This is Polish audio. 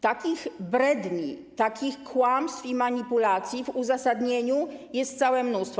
Takich bredni, takich kłamstw i manipulacji w uzasadnieniu jest całe mnóstwo.